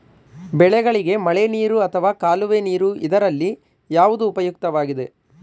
ಬೆಳೆಗಳಿಗೆ ಮಳೆನೀರು ಅಥವಾ ಕಾಲುವೆ ನೀರು ಇದರಲ್ಲಿ ಯಾವುದು ಉಪಯುಕ್ತವಾಗುತ್ತದೆ?